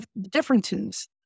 differences